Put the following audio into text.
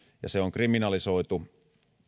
ja se on kriminalisoitu